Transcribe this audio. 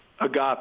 agape